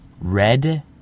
Red